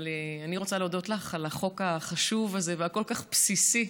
אבל אני רוצה להודות לך על החוק החשוב הזה והכל-כך בסיסי.